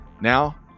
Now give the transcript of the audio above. Now